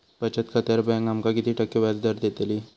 बचत खात्यार बँक आमका किती टक्के व्याजदर देतली?